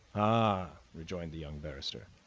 ah, rejoined the young barrister,